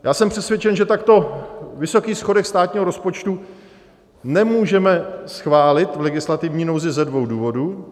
Já jsem přesvědčen, že takto vysoký schodek státního rozpočtu nemůžeme schválit v legislativní nouzi ze dvou důvodů.